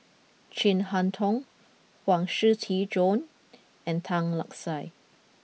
Chin Harn Tong Huang Shiqi Joan and Tan Lark Sye